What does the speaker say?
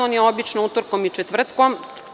On je obično utorkom i četvrtkom.